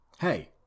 Hey